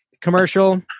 commercial